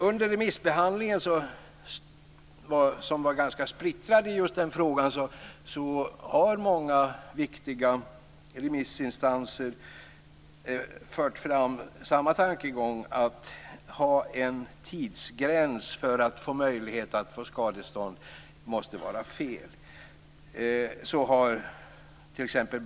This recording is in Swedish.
Under remissbehandlingen, som var ganska splittrad i den frågan, har många viktiga remissinstanser fört fram samma tankegång, dvs. att det måste vara fel att ha en tidsgräns för att få möjlighet att få skadestånd. Så har t.ex.